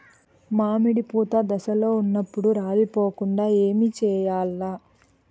మామిడి పూత దశలో ఉన్నప్పుడు రాలిపోకుండ ఏమిచేయాల్ల?